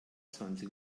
zwanzig